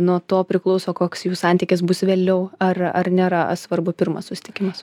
nuo to priklauso koks jų santykis bus vėliau ar ar nėra svarbu pirmas susitikimas